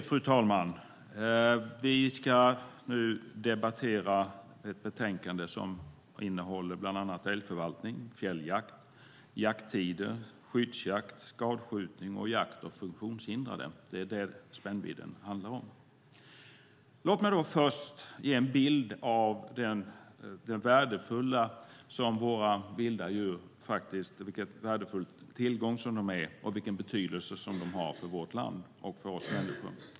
Fru talman! Vi ska nu debattera ett betänkande som innehåller bland annat älgförvaltning, fjälljakt, jakttider, skyddsjakt, skadskjutning och jakt och funktionshindrade. Det är detta spännvidden handlar om. Låt mig först ge en bild av den värdefulla tillgång som våra vilda djur är och vilken betydelse de har för vårt land och för oss människor.